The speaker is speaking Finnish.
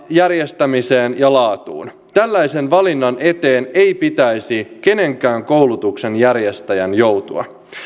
järjestämiseen ja laatuun tällaisen valinnan eteen ei pitäisi kenenkään koulutuksenjärjestäjän joutua